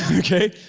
yeah okay?